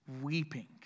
weeping